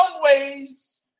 ways